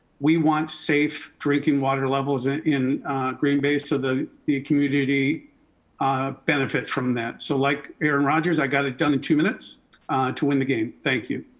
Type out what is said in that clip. we want safe drinking water levels in green bay so the the community ah benefits from that. so like aaron rogers, i got it done in two minutes to win the game. thank you.